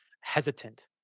hesitant